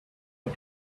but